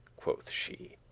quoth she.